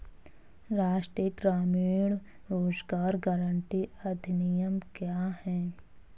राष्ट्रीय ग्रामीण रोज़गार गारंटी अधिनियम क्या है?